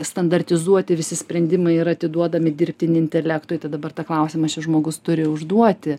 standartizuoti visi sprendimai yra atiduodami dirbtinį intelektui tai dabar tą klausimą šis žmogus turi užduoti